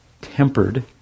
tempered